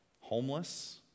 Homeless